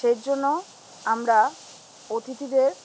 সেই জন্য আমরা অতিথিদের